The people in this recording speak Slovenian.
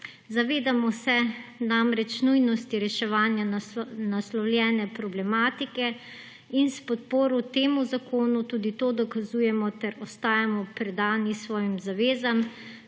Zavedamo se namreč nujnosti reševanja naslovljene problematike in s podporo temu zakonu tudi to dokazujemo ter ostajamo predani svojim zavezam,